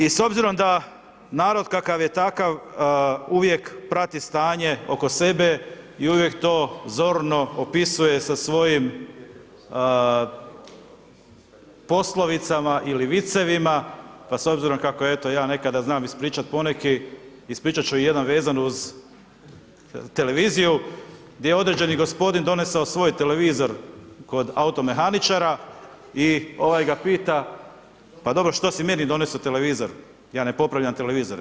I s obzirom da, narod kakav je, takav uvijek prati stanje oko sebe i uvijek to zorno opisuje sa svojim poslovicama ili vicevima pa s obzirom, kako eto, ja nekada znam ispričati poneki, ispričat ću jedan vezan uz televiziju gdje određeni gospodin donesao svoj televizor kod automehaničara i ovaj ga pita, pa dobro što si meni donesao televizor, ja ne popravljam televizore.